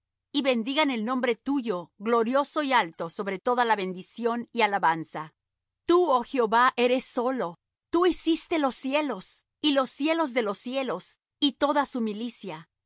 y bendigan el nombre tuyo glorioso y alto sobre toda bendición y alabanza tú oh jehová eres solo tú hiciste los cielos y los cielos de los cielos y toda su milicia